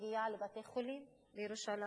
להגיע לבתי-חולים בירושלים.